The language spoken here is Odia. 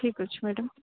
ଠିକ୍ ଅଛି ମ୍ୟାଡ଼ାମ୍